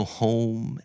home